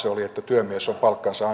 oli että työmies on palkkansa